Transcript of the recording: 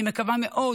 אני מקווה מאוד